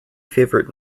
favourite